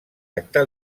acte